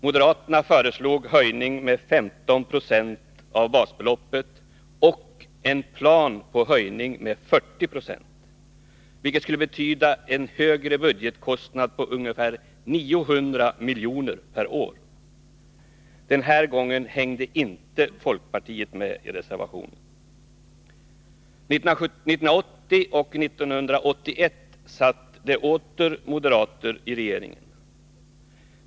Moderaterna föreslog en höjning med 15 96 av basbeloppet och en plan för en höjning med 40 96, vilket skulle betyda en höjning av budgetkostnaden med ungefär 900 miljoner per år. Den här gången hängde inte folkpartiet med i reservationen. 1980 och 1981 satt det åter moderater i regeringen.